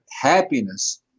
happiness